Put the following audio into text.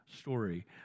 story